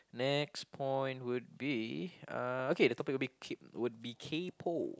next point would be uh okay the topic would K would be kaypoh